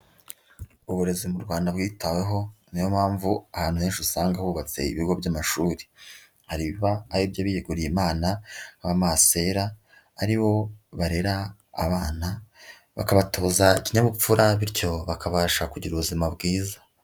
Uburezi mu Rwanda bwitaweho, niyo mpamvu ahantu henshi usanga hubatse ibigo by'amashuri. Hari ibiba ari iby'abiyeguriye Imana, b'abamasera, ari bo barera abana, bakabatoza ikinyabupfura, bityo bakabasha kugira ubuzima bwiza.